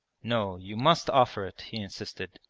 no, you must offer it he insisted,